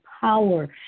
power